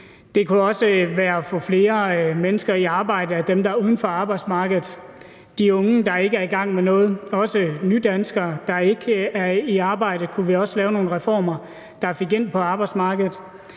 Det kunne også være at få flere af de mennesker, der er uden for arbejdsmarkedet, i arbejde – det kan være de unge, der ikke er i gang med noget, og også nydanskere, der ikke er i arbejde. Der kunne vi også lave nogle reformer, der fik dem ind på arbejdsmarkedet.